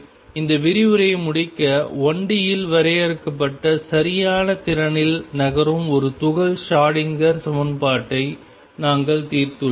எனவே இந்த விரிவுரையை முடிக்க 1D இல் வரையறுக்கப்பட்ட சரியான திறனில் நகரும் ஒரு துகள் ஷ்ரோடிங்கர் சமன்பாட்டை நாங்கள் தீர்த்துள்ளோம்